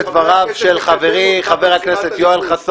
של חה"כ בצלאל סמוטריץ'